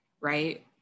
right